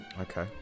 Okay